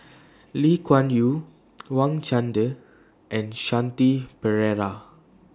Lee Kuan Yew Wang Chunde and Shanti Pereira